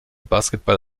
basketball